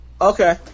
Okay